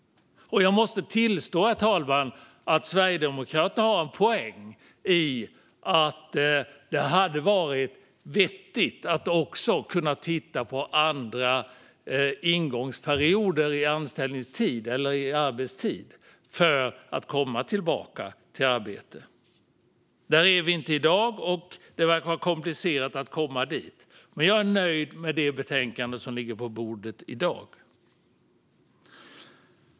Jag måste tillstå, herr talman, att Sverigedemokraterna har en poäng i att det hade varit vettigt att också kunna titta på andra ingångsperioder i arbetstid för att komma tillbaka i arbete. Där är vi inte i dag, och det verkar vara komplicerat att komma dit. Jag är dock nöjd med det betänkande som ligger på bordet i dag.